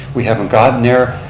we haven't gotten there,